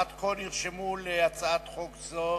עד כה נרשם להצעת חוק זאת